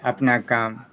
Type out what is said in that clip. اپنا کام